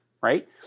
right